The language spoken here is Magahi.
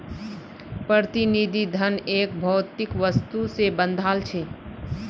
प्रतिनिधि धन एक भौतिक वस्तु से बंधाल छे